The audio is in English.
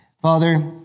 Father